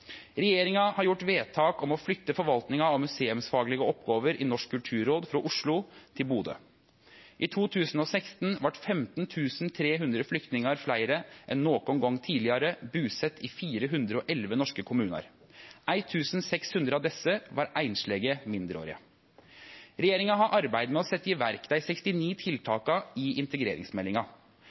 Regjeringa har gjort vedtak om å flytte forvaltninga av museumsfaglege oppgåver i Norsk kulturråd frå Oslo til Bodø. I 2016 vart 15 300 flyktningar, fleire enn nokon gong tidlegare, busette i 411 norske kommunar. 1 600 av desse var einslege mindreårige. Regjeringa har arbeidd med å setje i verk dei 69 tiltaka i integreringsmeldinga.